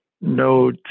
no